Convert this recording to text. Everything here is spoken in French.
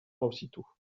aussitôt